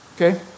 okay